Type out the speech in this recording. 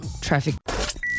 traffic